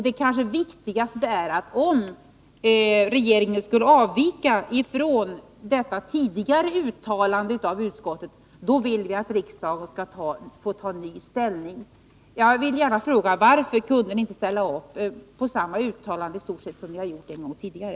Det kanske viktigaste är att om regeringen skulle avvika från detta tidigare uttalande av utskottet, vill vi att riksdagen skall få ta ny ställning. Jag vill gärna fråga: Varför kunde ni inte ställa upp på i stort sett samma uttalande som ni gjort en gång tidigare?